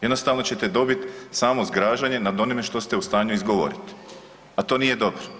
Jednostavno ćete dobit samo zgražanje nad onime što ste u stanju izgovoriti, a to nije dobro.